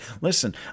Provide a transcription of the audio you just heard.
Listen